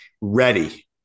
Ready